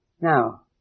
Now